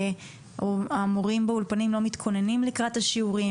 המורים באולפנים לא מתכוננים לקראת השיעורים,